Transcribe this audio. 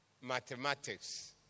mathematics